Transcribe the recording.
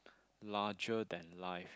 larger than life